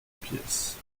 pièce